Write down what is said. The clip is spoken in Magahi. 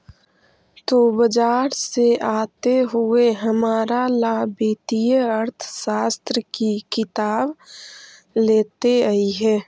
तु बाजार से आते हुए हमारा ला वित्तीय अर्थशास्त्र की किताब लेते अइहे